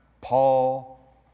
Paul